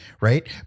right